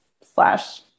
slash